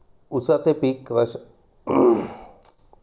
उसाचे पीक कशाप्रकारे लवकर वाढते?